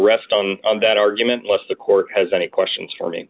rest on that argument lest the court has any questions for me